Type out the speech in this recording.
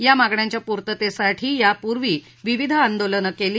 या मागण्यांच्या पुतर्ततेसाठी यापूर्वी विविध आंदोलने केली